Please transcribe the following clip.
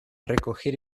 recoger